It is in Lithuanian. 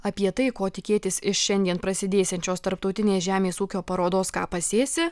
apie tai ko tikėtis iš šiandien prasidėsiančios tarptautinės žemės ūkio parodos ką pasėsi